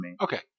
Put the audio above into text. Okay